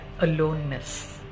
aloneness